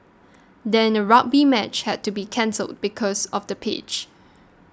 then a rugby match had to be cancelled because of the pitch